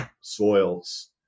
soils